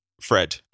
Fred